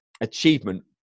achievement